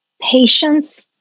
patience